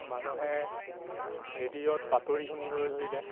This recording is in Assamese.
মানুহে ৰেডিঅ'ত বাতৰি শুনিবলৈ ধৰিলে